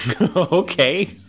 Okay